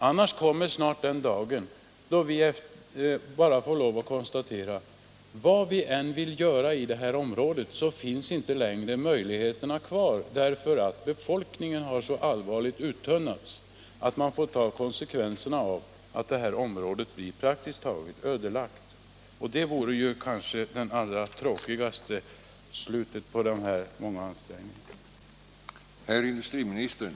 Annars kommer snart den dag då vi får lov att bara konstatera, att vad vi än vill göra i detta område finns inte längre möjligheterna kvar, eftersom befolkningen har uttunnats så allvarligt och man därför får ta konsekvenserna av att området blir praktiskt taget ödelagt. Och det vore ju det allra tråkigaste slutresultatet av de många ansträngningar som gjorts.